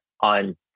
on